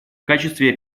качестве